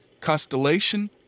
Constellation